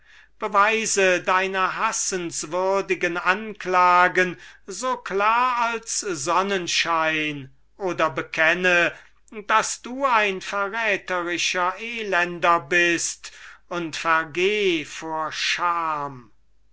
beweise deine hassenswürdigen anklagen so klar als sonnenschein oder bekenne daß du ein verrätrischer elender bist und vergeh vor scham